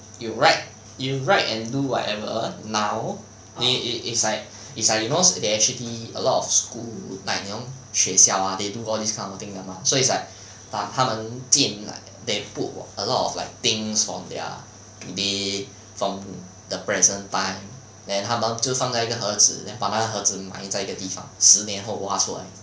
you write you write and do whatever now then is is like is like you know they actually a lot of school like you know 学校 ah they do all these kind of thing 的 mah so it's like 把他们建 like they put a lot of like things from their pre day from the present time then 他们就放在一个盒子 then 把那个盒子埋在一个地方十年后挖出来